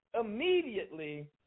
immediately